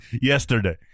yesterday